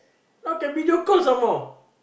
now can video call some more